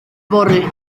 fory